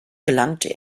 gelangte